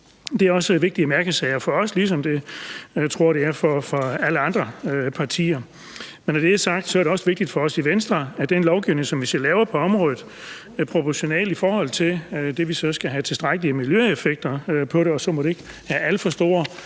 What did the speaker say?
Det er også vigtige mærkesager for os, ligesom det er for alle andre partier, tror jeg. Når det er sagt, er det også vigtigt for os i Venstre, at den lovgivning, som vi skal lave på området, bliver proportional, i forhold til at vi skal have tilstrækkelige miljøeffekter af det. Og så må det ikke medføre alt for store